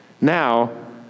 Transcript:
Now